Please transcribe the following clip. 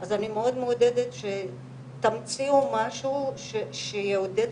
אז אני מאוד מעודדת שתמציאו משהו שיעודד